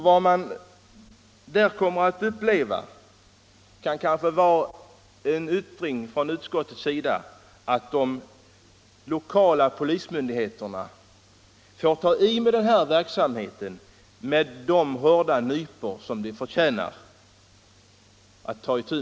Vad man där kommer att uppleva kan kanske vara anledning till ett yttrande från utskottets sida, att de lokala polismyndigheterna får ta itu med den här verksamheten med de hårda nypor som den förtjänar.